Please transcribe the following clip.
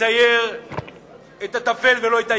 מצייר את הטפל ולא את העיקר.